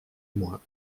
moi